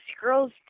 girls